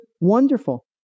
wonderful